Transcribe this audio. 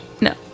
no